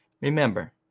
Remember